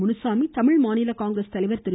முனுசாமி தமிழ் மாநில காங்கிரஸ் தலைவர் திரு